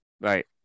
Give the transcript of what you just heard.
Right